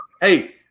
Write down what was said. hey